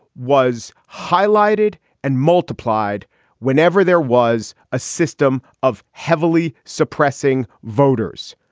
was highlighted and multiplied whenever there was a system of heavily suppressing voters,